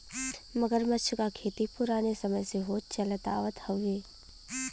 मगरमच्छ क खेती पुराने समय से होत चलत आवत हउवे